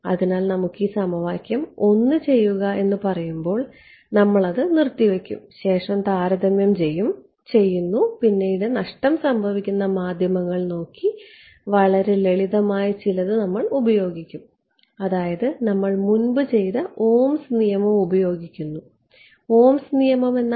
അതിനാൽ നമുക്ക് ഈ സമവാക്യം 1 ചെയ്യുക എന്ന് പറയുമ്പോൾ നമ്മൾ അത് നിർത്തിവയ്ക്കുകയും ശേഷം താരതമ്യം ചെയ്യുകയും ചെയ്യുന്നു പിന്നീട് നഷ്ടം സംഭവിക്കുന്ന മാധ്യമങ്ങൾ നോക്കി വളരെ ലളിതമായ ചിലത് നമ്മൾ ഉപയോഗിക്കും അതായത് നമ്മൾ മുൻപ് ചെയ്ത ഓംസ് നിയമം ഉപയോഗിക്കുന്നു ഓംസ് നിയമം എന്നാൽ